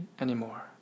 anymore